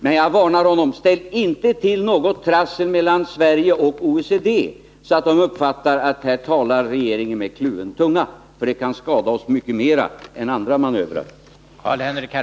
Men jag varnar honom: Ställ inte till något trassel mellan Sverige och OECD, så att man där uppfattar att regeringen talar med kluven tunga. Det kan skada oss mycket mera än andra manövrer.